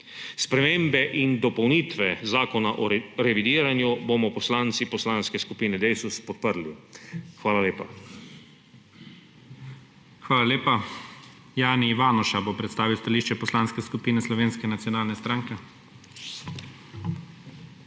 Spremembe in dopolnitve Zakona o revidiranju bomo poslanci Poslanske skupine Desus podprli. Hvala lepa. PREDSEDNIK IGOR ZORČIČ: Hvala lepa. Jani Ivanuša bo predstavil stališče Poslanske skupine Slovenske nacionalne stranke. JANI